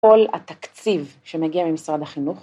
‫כל התקציב שמגיע ממשרד החינוך.